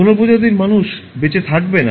কোনও প্রজাতির মানুষ বেঁচে থাকবে না